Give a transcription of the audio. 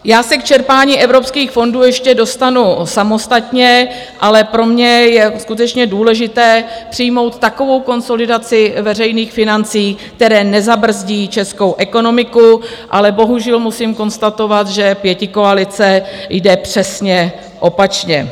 Já se k čerpání evropských fondů ještě dostanu samostatně, ale pro mě je skutečně důležité přijmout takovou konsolidaci veřejných financí, která nezabrzdí českou ekonomiku, ale bohužel musím konstatovat, že pětikoalice jde přesně opačně.